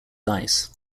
dice